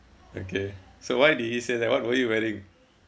okay so why did he say that what were you wearing